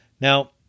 Now